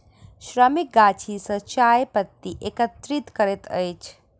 श्रमिक गाछी सॅ चाय पत्ती एकत्रित करैत अछि